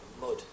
Mud